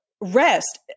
rest